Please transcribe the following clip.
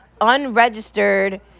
unregistered